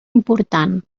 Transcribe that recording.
important